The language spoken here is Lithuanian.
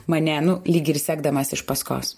mane nu lyg ir sekdamas iš paskos